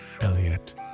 Elliot